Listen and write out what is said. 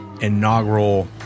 inaugural